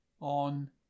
on